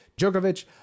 Djokovic